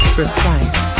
Precise